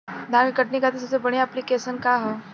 धान के कटनी खातिर सबसे बढ़िया ऐप्लिकेशनका ह?